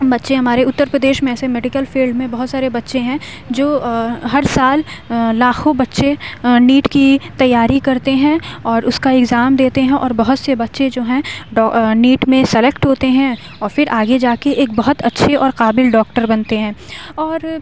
بچے ہمارے اتر پردیش میں ایسے میڈیکل فیلڈ میں بہت سارے بچے ہیں جو ہر سال لاکھوں بچے نیٹ کی تیاری کرتے ہیں اور اس کا ایگزام دیتے ہیں اور بہت سے بچے جو ہیں نیٹ میں سلیکٹ ہوتے ہیں اور پھر آگے جا کے ایک بہت اچھے اور قابل ڈاکٹر بنتے ہیں اور